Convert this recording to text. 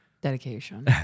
Dedication